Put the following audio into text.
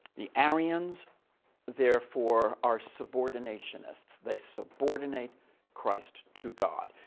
the arians therefore are subordinationists. they subordinate christ to god.